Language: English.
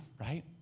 right